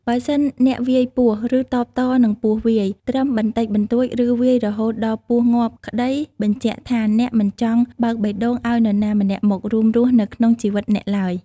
បើសិនអ្នកវាយពស់ឬតបតនឹងពស់វាយ ត្រឹមបន្តិចបន្តួចឬវាយរហូតដល់ពស់ងាប់ក្តីបញ្ជាក់ថាអ្នកមិនចង់ បើកបេះដូងឲ្យនរណាម្នាក់មករួមរស់នៅក្នុងជីវិតអ្នកឡើយ។